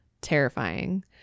terrifying